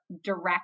direct